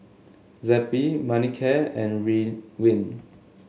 Zappy Manicare and Ridwind